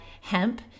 hemp